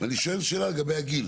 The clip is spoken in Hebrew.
אני שואל שאלה לגבי הגיל.